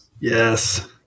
Yes